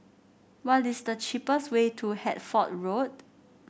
what is the cheapest way to Hertford Road